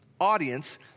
audience